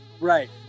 Right